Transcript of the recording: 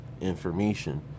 information